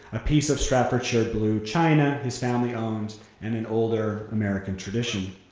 a piece of stratfordshire blue china his family owned and an older american tradition.